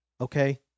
Okay